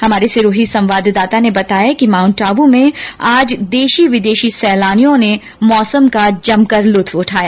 हमारे सिरोही संवाददाता ने बताया कि माउंटआदू में आज देशी विदेश सैलानियों ने मौसम का जमकर लुत्फ उठाया